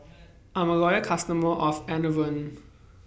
I'm A Loyal customer of Enervon